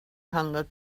hundred